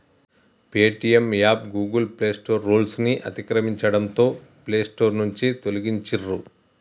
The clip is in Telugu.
పేటీఎం యాప్ గూగుల్ ప్లేస్టోర్ రూల్స్ను అతిక్రమించడంతో ప్లేస్టోర్ నుంచి తొలగించిర్రు